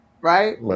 Right